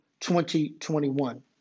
2021